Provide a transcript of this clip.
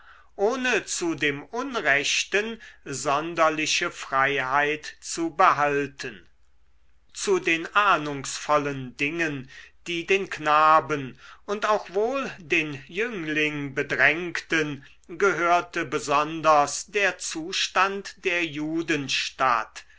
ohne zu dem unrechten sonderliche freiheit zu behalten zu den ahnungsvollen dingen die den knaben und auch wohl den jüngling bedrängten gehörte besonders der zustand der